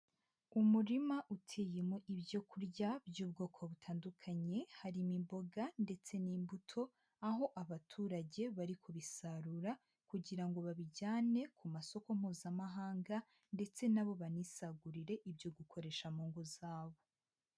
Umurima uteyemo ibyo kurya by'ubwoko butandukanye, harimo imboga ndetse n'imbuto, aho abaturage bari kubisarura kugira ngo babijyane ku masoko mpuzamahanga ndetse na bo banisagurire ibyo gukoresha mu ngo zabo.